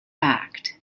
act